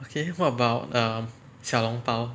okay what about um 小笼包